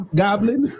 goblin